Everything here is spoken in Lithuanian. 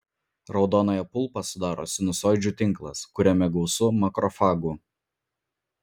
raudonąją pulpą sudaro sinusoidžių tinklas kuriame gausu makrofagų